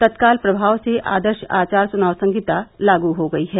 तत्काल प्रभाव से आदर्श आचार चुनाव संहिता लागू हो गयी है